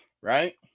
right